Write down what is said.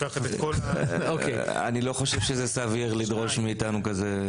אני לא חושב שזה סביר לדרוש מאתנו כזה.